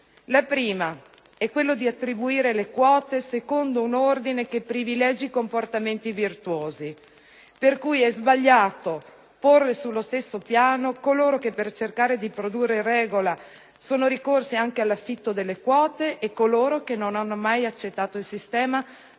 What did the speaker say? La prima è quella di attribuire le quote secondo un ordine che privilegi i comportamenti virtuosi, per cui è sbagliato porre sullo stesso piano coloro che per cercare di produrre in regola sono ricorsi anche all'affitto delle quote e coloro che non hanno mai accettato il sistema,